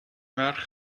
merch